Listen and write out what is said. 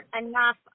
enough